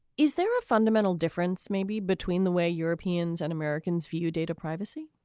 is there a fundamental difference maybe between the way europeans and americans view data privacy?